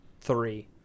three